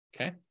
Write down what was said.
Okay